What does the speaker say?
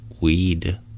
weed